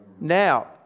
Now